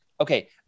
Okay